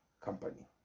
company